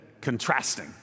contrasting